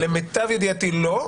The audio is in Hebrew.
למיטב ידיעתי לא.